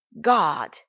God